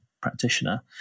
practitioner